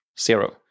zero